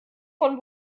von